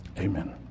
Amen